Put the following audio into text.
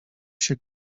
się